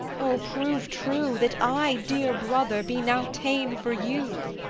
o, prove true, that i, dear brother, be now ta'en for you!